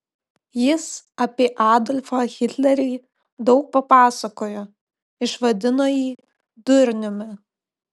jis apie adolfą hitlerį daug papasakojo išvadino jį durniumi